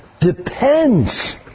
depends